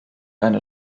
eine